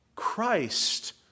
Christ